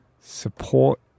support